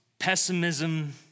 Pessimism